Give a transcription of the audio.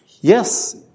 yes